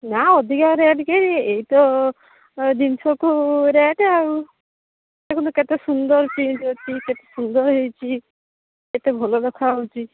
ନା ଅଧିକା ରେଟ୍ କି ଏଇ ତ ଅ ଜିନିଷକୁ ରେଟ୍ ଆଉ ଦେଖନ୍ତୁ କେତେ ସୁନ୍ଦର ଜିନିଷ ହେଇଛି କେତେ ଭଲ ଦେଖାଯାଉଛି